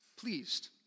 pleased